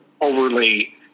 overly